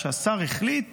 שהשר החליט